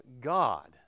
God